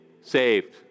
saved